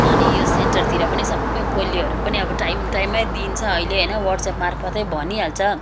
अनि यो सेन्टरतिर पनि सबै पोलियोहरू पनि अब टाइम टाइममै दिन्छ अहिले होइन वाट्सएप मार्फतै भनिहाल्छ